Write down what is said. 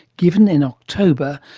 given in october,